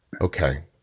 Okay